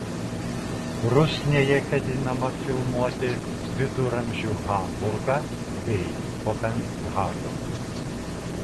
rusnėje ketinama filmuoti viduramžių hamburgą bei kopenhagą